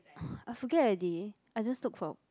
I forget already I just look for